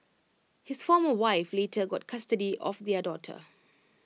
his former wife later got custody of their daughter